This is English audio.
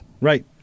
Right